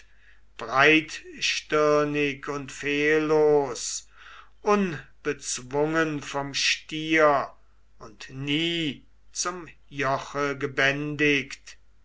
breitstirnig und fehllos unbezwungen vom stier und nie zum joche gebändigt